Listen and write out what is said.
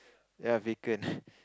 ya vacant